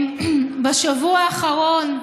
בשבוע האחרון,